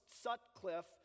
Sutcliffe